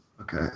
Okay